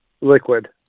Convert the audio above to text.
Liquid